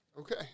Okay